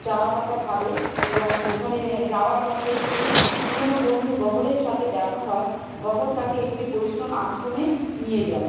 যাওয়ার কথা ভাবে এবং ওখানে যাওয়ার পথে একটি পুরোনো বন্ধু গহরের সাথে দেখা হয় গহর তাকে একটি বৈষ্ণব আশ্রমে নিয়ে যায়